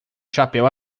chapéu